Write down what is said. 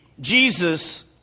Jesus